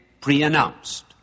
pre-announced